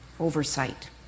Oversight